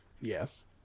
Yes